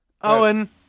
Owen